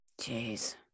Jeez